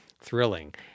thrilling